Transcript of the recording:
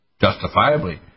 justifiably